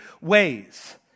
ways